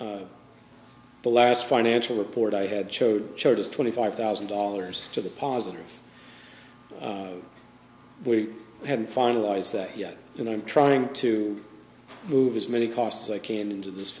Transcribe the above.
fund the last financial report i had showed charges twenty five thousand dollars to the positive we had finalized that yet and i'm trying to move as many costs i came into this